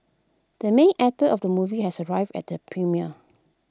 the main actor of the movie has arrived at the premiere